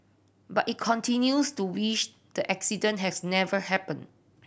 but he continues to wish the accident had never happened